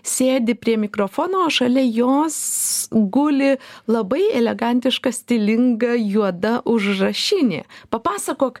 sėdi prie mikrofono o šalia jos guli labai elegantiška stilinga juoda užrašinė papasakok